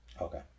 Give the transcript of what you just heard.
Okay